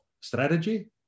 strategy